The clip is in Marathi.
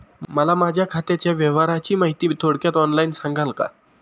मला माझ्या खात्याच्या व्यवहाराची माहिती थोडक्यात ऑनलाईन सांगाल का?